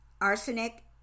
arsenic